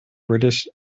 british